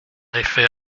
effet